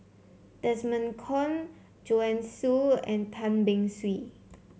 Desmond Kon Joanne Soo and Tan Beng Swee